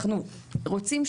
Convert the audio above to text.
אנחנו רוצים,